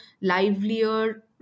livelier